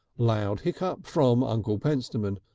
loud hiccup from uncle pentstemon,